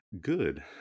good